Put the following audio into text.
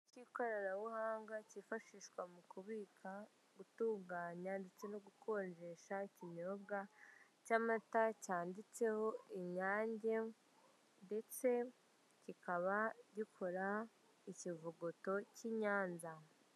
Bamwe mu batunze imbuga nkoranyambaga zo kugura cyangwa ugurisha ukoresheje ikoranabuhanga, bakunze kuba bagirana imikoranire n'abantu bagurusha amasambu yabo, igihe baba bakeneye amafaranga yo gukora igikorwa kimwe cyangwa ikindi mugihugu cy'u Rwanda.